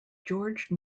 george